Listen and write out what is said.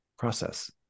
process